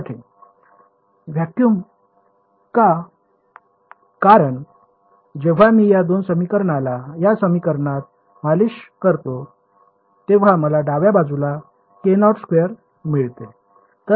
vacuum का कारण जेव्हा मी या दोन समीकरणाला या समीकरणात मालिश करतो तेव्हा मला डाव्या बाजूला K02 मिळते